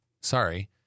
Sorry